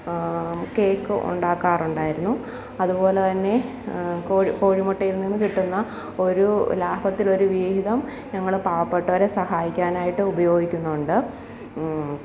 cake ഉണ്ടാക്കാറുണ്ടായിരുന്നു അതുപോലെ തന്നെ കോഴി കോഴിമുട്ടയില് നിന്നും കിട്ടുന്ന ഒരു ലാഫത്തിലൊരു വിഹിതം ഞങ്ങൾ പാവപ്പെട്ടവരെ സഹായിക്കാനായിട്ട് ഉപയോഗിക്കുന്നുണ്ട്